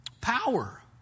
power